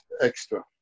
extra